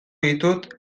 ditut